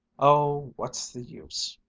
oh, what's the use?